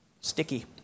sticky